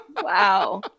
Wow